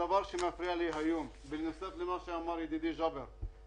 הדברים שמפריע לי היום בנוסף למה שאמר ידידי ג'אבר חמוד,